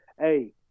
Hey